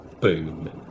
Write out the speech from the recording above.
Boom